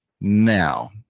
Now